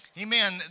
Amen